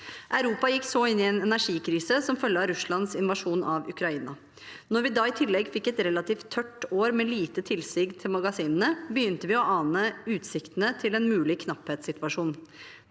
Europa gikk så inn i en energikrise som følge av Russlands invasjon av Ukraina. Når vi da i tillegg fikk et relativt tørt år med lite tilsig til magasinene, begynte vi å ane utsiktene til en mulig knapphetssituasjon.